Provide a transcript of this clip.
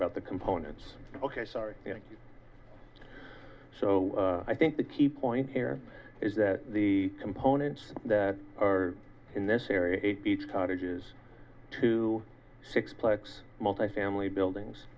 about the components ok sorry so i think the key point here is that the components that are in this area each tonnage is to six plex multifamily buildings